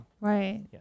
Right